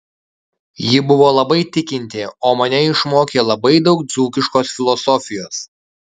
ji buvo labai tikinti o mane išmokė labai daug dzūkiškos filosofijos